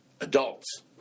adults